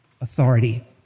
Authority